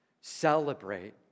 Celebrate